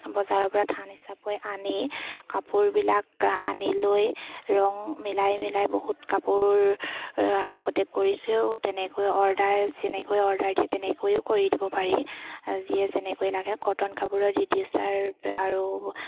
বজাৰৰ পৰা থান হিচাপে আনি কাপোৰবিলাক আনি লৈ ৰং মিলাই মিলাই বহুত কাপোৰ আগতে কৰিছেও তেনেকৈ অৰ্ডাৰ যেনেকৈ অৰ্ডাৰ দিয়ে তেনেকৈও কৰি দিব পাৰি যিয়ে যেনেকৈ লাগে কটন কাপোৰৰ ৰিডিচাৰ আৰু